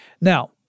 Now